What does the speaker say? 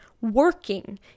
Working